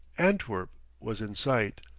antwerp was in sight.